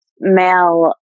male